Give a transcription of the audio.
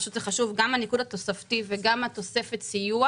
פשוט זה חשוב גם הניקוד התוספתי וגם תוספת הסיוע,